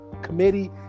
committee